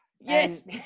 yes